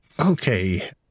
Okay